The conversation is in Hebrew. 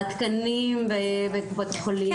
התקנים בבתי החולים הם מאוד קטנים,